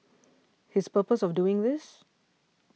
his purpose of doing this